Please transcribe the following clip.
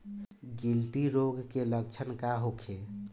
गिल्टी रोग के लक्षण का होखे?